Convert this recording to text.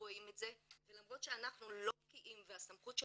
רואים את זה ולמרות שאנחנו לא בקיאים והסמכות של